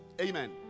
amen